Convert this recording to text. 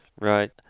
Right